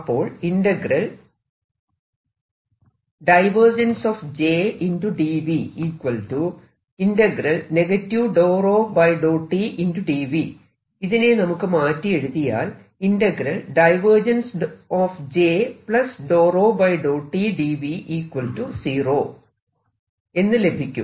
അപ്പോൾ ഇതിനെ നമുക്ക് മാറ്റി എഴുതിയാൽ എന്ന് ലഭിക്കും